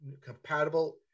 compatible